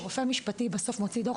כשרופא משפטי בסוף מוציא דו"ח,